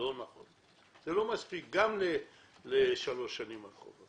זה לא מספיק גם לשלוש שנים אחורה.